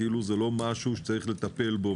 כאילו זה לא משהו שצריך לטפל בו.